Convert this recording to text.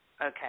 okay